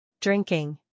Drinking